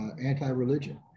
anti-religion